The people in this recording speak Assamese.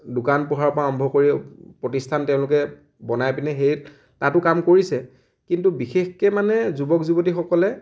দোকান পোহাৰৰ পৰা আৰম্ভ কৰি প্ৰতিষ্ঠান তেওঁলোকে বনাই পিনে সেই তাতো কাম কৰিছে কিন্তু বিশেষকে মানে যুৱক যুৱতীসকলে